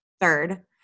Third